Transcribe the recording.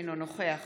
אינו נוכח